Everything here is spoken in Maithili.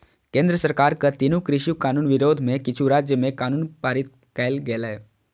केंद्र सरकारक तीनू कृषि कानून विरोध मे किछु राज्य मे कानून पारित कैल गेलै